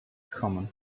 common